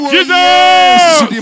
Jesus